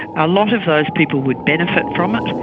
a lot of those people would benefit from it,